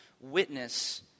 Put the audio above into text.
witness